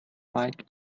like